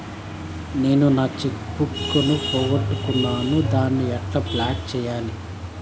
నేను నా cheque book ను పోగొట్టుకున్నాను దాన్ని ఎట్లా బ్లాక్ సేయాలి?